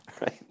right